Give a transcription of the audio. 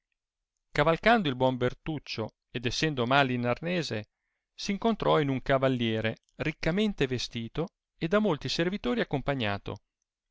cavalcando il buon bertuccio ed essendo mal in arnese s incontrò in un cavalliere riccamente vestito e da molti servitori accompagnato